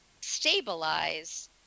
stabilize